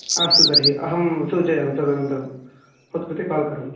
अस्तु तर्हि अहं सूचयामि तदनन्तरं भवत्कृते काल् करोमि